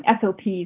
SOPs